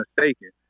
mistaken